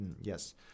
yes